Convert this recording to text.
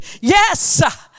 Yes